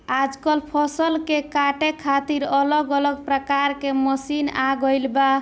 आजकल फसल के काटे खातिर अलग अलग प्रकार के मशीन आ गईल बा